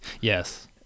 Yes